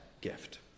gift